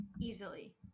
Easily